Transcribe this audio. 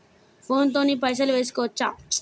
Phone తోని పైసలు వేసుకోవచ్చా?